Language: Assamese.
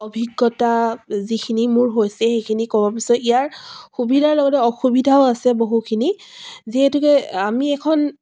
অভিজ্ঞতা যিখিনি মোৰ হৈছে সেইখিনি ক'ব বিচাৰোঁ ইয়াৰ সুবিধাৰ লগতে অসুবিধাও আছে বহুখিনি যিহেতুকে আমি এখন